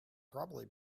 probably